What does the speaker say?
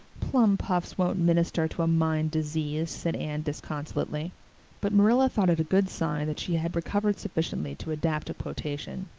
plum puffs won't minister to a mind diseased, said anne disconsolately but marilla thought it a good sign that she had recovered sufficiently to adapt a quotation.